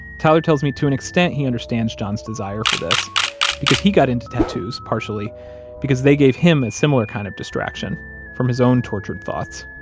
tyler tells me, to an extent he understands john's desire for this because he got into tattoos partially because they gave him a and similar kind of distraction from his own tortured thoughts.